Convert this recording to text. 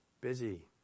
busy